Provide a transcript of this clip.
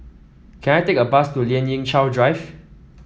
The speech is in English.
can I take a bus to Lien Ying Chow Drive